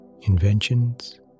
inventions